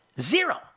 Zero